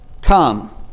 come